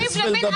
יריב לוין,